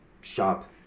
shop